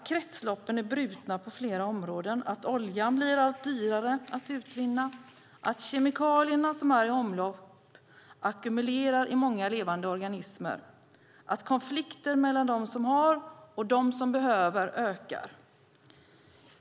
Kretsloppen är brutna på flera områden. Oljan blir allt dyrare att utvinna. Kemikalierna, som är i omlopp, ackumuleras i många levande organismer. Konflikter mellan dem som har och dem som behöver ökar.